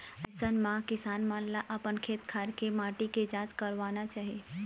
अइसन म किसान मन ल अपन खेत खार के माटी के जांच करवाना चाही